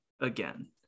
again